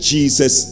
Jesus